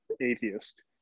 atheist